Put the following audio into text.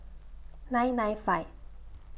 nine nine five